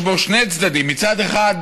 יש בו שני צדדים: מצד אחד